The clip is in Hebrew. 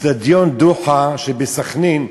איצטדיון "דוחה" שבסח'נין,